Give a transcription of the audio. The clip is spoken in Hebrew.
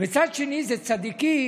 וצד שני זה צדיקים